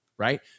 Right